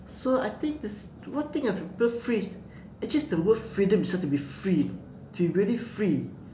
so I think this one thing I prefer free actually is the word freedom such to be free know to be really free